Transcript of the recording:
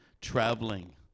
traveling